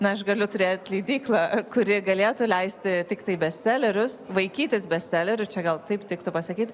na aš galiu turėt leidyklą kuri galėtų leisti tiktai bestselerius vaikytis bestselerių čia gal taip tiktų pasakyt